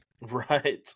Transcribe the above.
Right